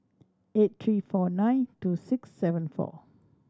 eight three four nine two six seven four